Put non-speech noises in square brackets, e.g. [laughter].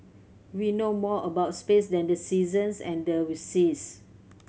we know more about space than the seasons and the [unintelligible] seas